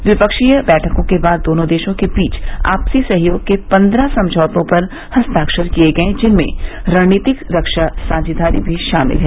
ट्विपक्षीय बैठकों के बाद दोनों देशों के बीच आपसी सहयोग के पन्द्रह समझौतों पर हस्ताक्षर किए गये जिनमें रणनीतिक रक्षा साझेदारी भी शामिल है